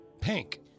Pink